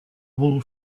wool